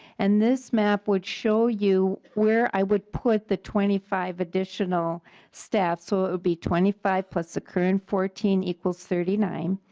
and this map would show you where i would put the twenty five additional staff. so it'll be twenty five the current fourteen equals thirty nine.